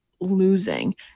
losing